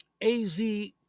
AZ